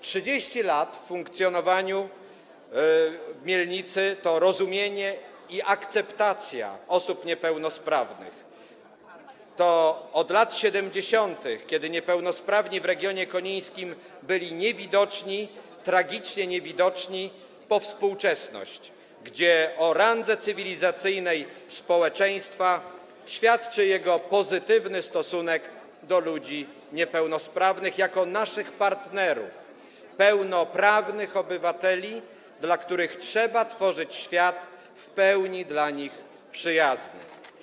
30 lat funkcjonowania Mielnicy to rozumienie i akceptacja osób niepełnosprawnych, od lat 70., kiedy niepełnosprawni w regionie konińskim byli niewidoczni, tragicznie niewidoczni, po współczesność, kiedy o randze cywilizacyjnej społeczeństwa świadczy jego pozytywny stosunek do ludzi niepełnosprawnych jako naszych partnerów, pełnoprawnych obywateli, dla których trzeba tworzyć świat w pełni dla nich przyjazny.